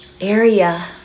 area